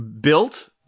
built